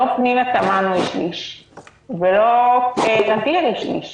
לא לפנינה תמנו יש שליש ולא לע'דיר יש שליש